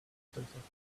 motorcyclist